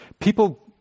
people